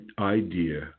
idea